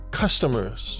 customers